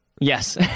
Yes